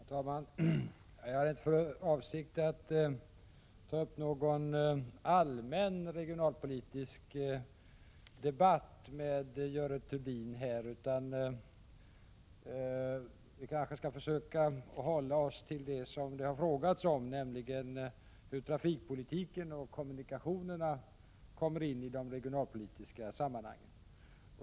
Herr talman! Jag hade inte för avsikt att ta upp någon allmän regionalpolitisk debatt med Görel Thurdin. Vi kanske skall försöka att hålla oss till vad frågan handlar om, nämligen hur trafikpolitiken och kommunikationerna kommer in i de regionalpolitiska sammanhangen.